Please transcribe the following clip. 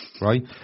right